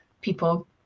people